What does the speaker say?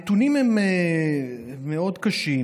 מאוד קשים.